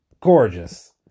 gorgeous